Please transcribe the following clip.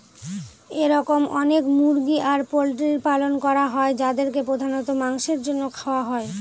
এরকম অনেক মুরগি আর পোল্ট্রির পালন করা হয় যাদেরকে প্রধানত মাংসের জন্য খাওয়া হয়